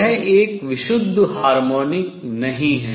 यह एक विशुद्ध हार्मोनिक नहीं है